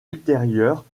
ultérieurs